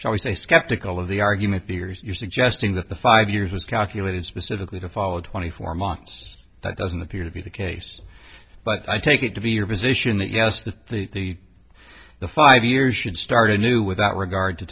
shall we say skeptical of the argument the years you're suggesting that the five years was calculated specifically to follow twenty four months that doesn't appear to be the case but i take it to be your position that yes the the the five years should start a new without regard to